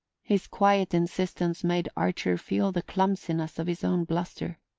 his quiet insistence made archer feel the clumsiness of his own bluster.